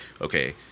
okay